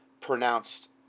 pronounced